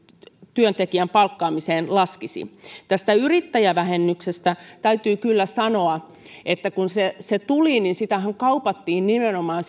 työntekijän palkkaamiseen laskisi tästä yrittäjävähennyksestä täytyy kyllä sanoa että kun se se tuli niin sitähän kaupattiin nimenomaan